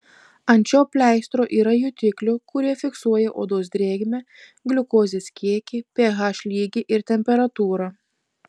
ant šio pleistro yra jutiklių kurie fiksuoja odos drėgmę gliukozės kiekį ph lygį ir temperatūrą